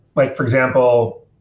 like for example,